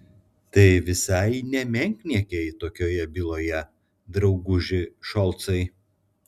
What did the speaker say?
tai visai ne menkniekiai tokioje byloje drauguži šolcai